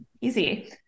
Easy